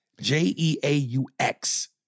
J-E-A-U-X